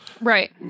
Right